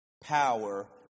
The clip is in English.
power